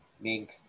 mink